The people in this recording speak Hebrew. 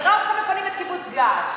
נראה אתכם מפנים את קיבוץ געש.